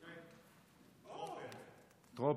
טרוֹפר.